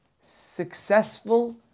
successful